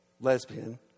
lesbian